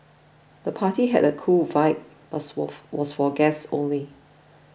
the party had a cool vibe buts wolf was for guests only